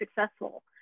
successful